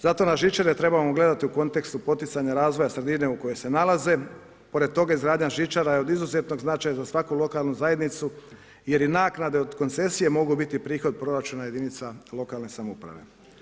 Zato na žičare trebamo gledati u kontekstu poticanja razvoja sredine u koje se nalaze, pored toga izgradnja žičara je od izuzetnog značaja za svaku lokalnu zajednicu jer i naknade od koncesije mogu biti prihod proračuna jedinica lokalne samouprave.